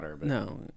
No